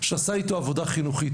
שעשה איתו עבודה חינוכית.